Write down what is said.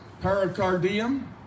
pericardium